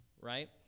right